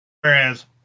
whereas